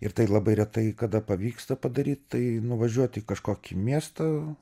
ir tai labai retai kada pavyksta padaryt tai nuvažiuot į kažkokį miestą